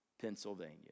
Pennsylvania